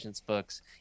books